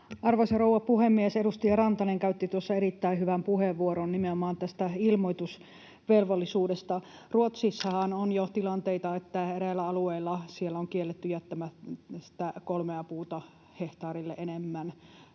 Arvoisa rouva puhemies! Edustaja Rantanen käytti tuossa erittäin hyvän puheenvuoron nimenomaan ilmoitusvelvollisuudesta. Ruotsissahan on jo tilanteita, että eräillä alueilla on kielletty jättämästä kolmea puuta hehtaarille enempää